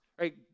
right